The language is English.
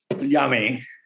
Yummy